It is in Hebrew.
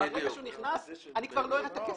כי ברגע שהוא ייכנס אני לא אראה את הכסף.